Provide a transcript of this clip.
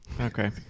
Okay